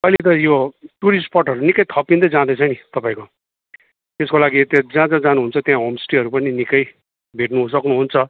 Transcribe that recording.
अहिले त यो टुरिस्ट स्पटहरू निकै थपिँदै जाँदैछ नि तपाईँको त्यसको लागि जहाँ जहाँ जानुहुन्छ त्यहाँ होमस्टेहरू पनि निकै भेट्नु सक्नुहुन्छ